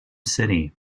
city